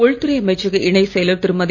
உள்துறை அமைச்சக இணைச் செயலர் திருமதி